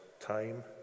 time